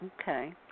Okay